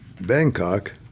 Bangkok